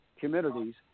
communities